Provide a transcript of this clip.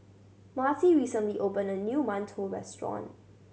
Marty recently opened a new mantou restaurant